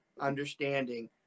understanding